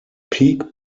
peak